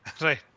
Right